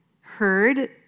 heard